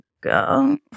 go